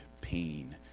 pain